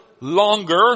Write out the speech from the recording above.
longer